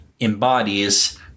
embodies